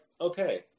okay